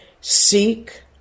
seek